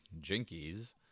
Jinkies